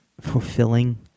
fulfilling